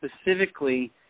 specifically